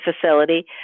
facility